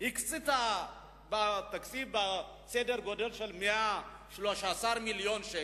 הקצתה בתקציב סדר גודל של 113 מיליון שקל.